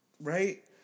right